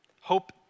Hope